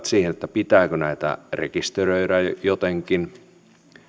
siihen pitääkö näitä rekisteröidä jotenkin